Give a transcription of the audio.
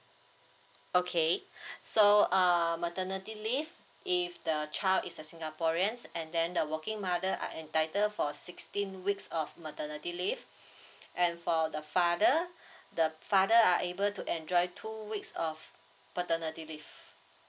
okay so err maternity leave if the child is a singaporeans and then the working mother are entitled for sixteen weeks of maternity leave and for the father the father are able to enjoy two weeks of paternity leave